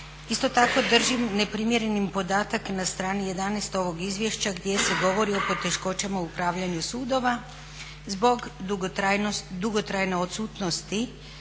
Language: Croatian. Isto tako držim neprimjerenim podatak na strani 11. ovog izvješća gdje se govori o poteškoćama upravljanju sudova zbog dugotrajne odsutnosti